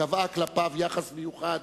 קבעה כלפיו יחס מיוחד,